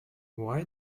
why